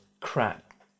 crap